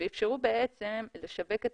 ואפשרו לשווק את